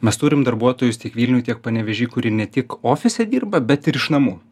mes turim darbuotojus tiek vilniuj tiek panevėžy kurie ne tik ofise dirba bet ir iš namų